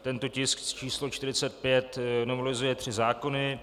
Tento tisk číslo 45 novelizuje tři zákony.